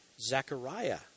Zechariah